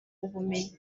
ubumenyi